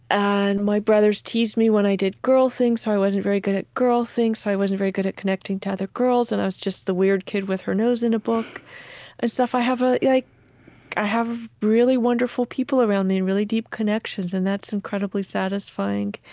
and my brothers teased me when i did girl things so i wasn't very good at girl things. so i wasn't very good at connecting to other girls and i was just the weird kid with her nose in a book and stuff. i have ah like i have really wonderful people around me, really deep connections. and that's incredibly satisfying.